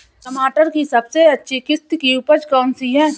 टमाटर की सबसे अच्छी किश्त की उपज कौन सी है?